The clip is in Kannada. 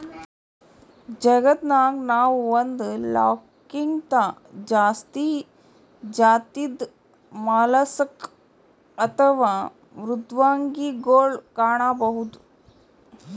ಜಗತ್ತನಾಗ್ ನಾವ್ ಒಂದ್ ಲಾಕ್ಗಿಂತಾ ಜಾಸ್ತಿ ಜಾತಿದ್ ಮಲಸ್ಕ್ ಅಥವಾ ಮೃದ್ವಂಗಿಗೊಳ್ ಕಾಣಬಹುದ್